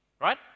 right